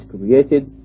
created